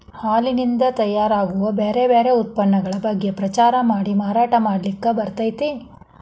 ಹಾಲಿನಿಂದ ತಯಾರ್ ಆಗೋ ಬ್ಯಾರ್ ಬ್ಯಾರೆ ಉತ್ಪನ್ನಗಳ ಬಗ್ಗೆ ಪ್ರಚಾರ ಮಾಡಿ ಮಾರಾಟ ಮಾಡ್ಲಿಕ್ಕೆ ಬರ್ತೇತಿ